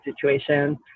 situation